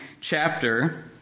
chapter